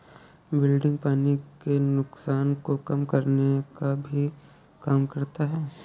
wilting पानी के नुकसान को कम करने का भी काम करता है